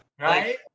Right